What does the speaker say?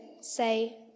say